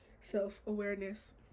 self-awareness